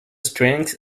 strength